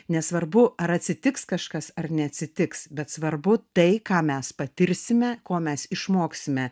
nesvarbu ar atsitiks kažkas ar neatsitiks bet svarbu tai ką mes patirsime ko mes išmoksime